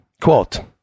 quote